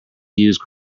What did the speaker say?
used